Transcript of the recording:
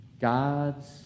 God's